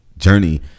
journey